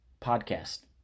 Podcast